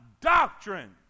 Doctrine